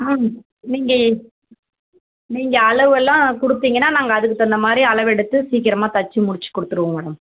ma'am நீங்கள் நீங்கள் அளவெல்லாம் கொடுத்தீங்கன்னா நாங்கள் அதுக்குத் தகுந்த மாதிரி அளவெடுத்து சீக்கிரமாக தைச்சி முடித்துக் கொடுத்துருவோம் மேடம்